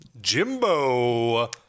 Jimbo